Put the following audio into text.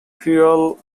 creole